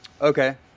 Okay